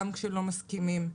גם כשלא מסכימים,